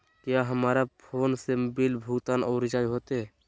क्या हमारा mobile phone से बिल भुगतान और रिचार्ज होते?